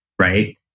right